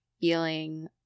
feeling